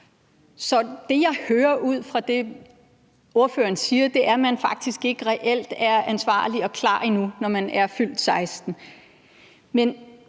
Så det, jeg hører ud fra det, ordføreren siger, er, at man faktisk reelt ikke er ansvarlig og klar endnu, når man er fyldt 16